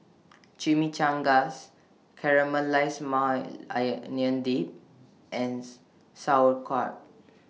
Chimichangas Caramelized Maui Dip and Sauerkraut